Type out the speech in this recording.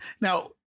Now